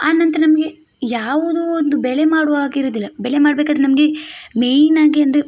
ಆನಂತರ ನಮಗೆ ಯಾವುದೂ ಒಂದು ಬೆಲೆ ಮಾಡುವಾಗೆ ಇರುವುದಿಲ್ಲ ಬೆಳೆ ಮಾಡಬೇಕಂದ್ರೆ ನಮಗೆ ಮೇಯ್ನ್ ಆಗಿ ಅಂದರೆ